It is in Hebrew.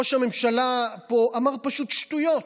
ראש הממשלה פה אמר פשוט שטויות,